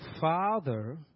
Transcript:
Father